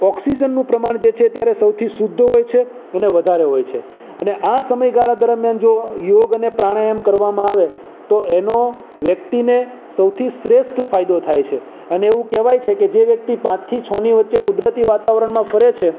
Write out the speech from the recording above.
ઓક્સિજનનું પ્રમાણ જે છે એ ત્યારે સૌથી શુદ્ધ હોય છે અને વધારે હોય છે અને આ સમયગાળા દરમ્યાન જો યોગ અને પ્રાણાયામ કરવામાં આવે તો એનો વ્યક્તિને સૌથી શ્રેષ્ઠ ફાયદો થાય છે અને એવું કહેવાય છે કે જે વ્યક્તિ પાંચ થી છની વચ્ચે કુદરતી વાતાવરણમાં ફરે છે